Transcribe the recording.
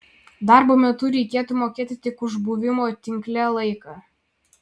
darbo metu reikėtų mokėti tik už buvimo tinkle laiką